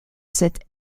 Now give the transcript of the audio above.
cet